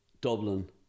Dublin